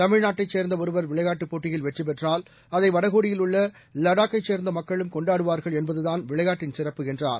தமிழ்நாட்டைச் சேர்ந்த ஒருவர் விளையாட்டுப் போட்டியில் வெற்றிபெற்றால் அதை வடகோடியில் உள்ள லடாக்கைச் சேர்ந்த மக்களும் கொண்டாடுவார்கள் என்பதுதான் விளையாட்டின் சிறப்பு என்றார்